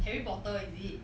Harry Potter is it